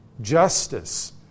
Justice